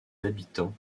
habitants